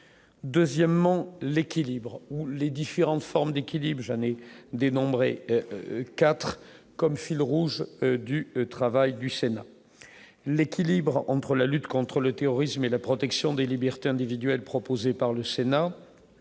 deuxièmement l'équilibre ou les différentes formes d'équilibre Janez dénombré IV comme fil rouge du travail du Sénat l'équilibre entre la lutte contre le terrorisme et la protection des libertés individuelles proposées par le Sénat,